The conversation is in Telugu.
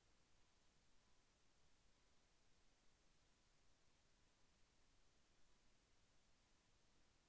డెబిట్ కార్డుకు క్రెడిట్ క్రెడిట్ కార్డుకు మధ్య తేడా ఏమిటీ?